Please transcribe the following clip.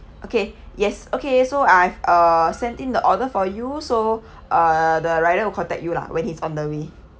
okay yes okay so I've uh sent in the order for you so uh the rider will contact you lah when he's on the way